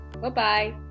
Bye-bye